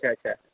अच्छा